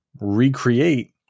recreate